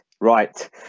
right